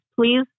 Please